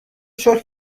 شکر